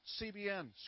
CBN